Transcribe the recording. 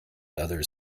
others